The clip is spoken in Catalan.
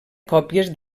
còpies